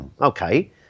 Okay